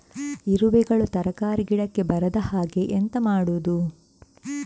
ಇರುವೆಗಳು ತರಕಾರಿ ಗಿಡಕ್ಕೆ ಬರದ ಹಾಗೆ ಎಂತ ಮಾಡುದು?